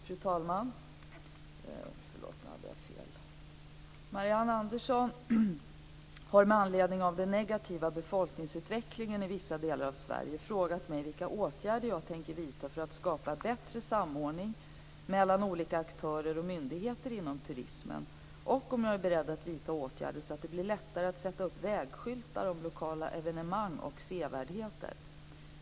Fru talman! Marianne Andersson har med anledning av den negativa befolkningsutvecklingen i vissa delar av Sverige frågat mig vilka åtgärder jag tänker vidta för att skapa bättre samordning mellan olika aktörer och myndigheter inom turismen och om jag är beredd att vidta åtgärder så att det blir lättare att sätta upp vägskyltar om lokala evenemang och sevärdheter.